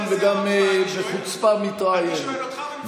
וגם בחוצפה מתראיינת מה כל כך זעזע אותך?